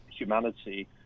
humanity